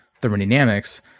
thermodynamics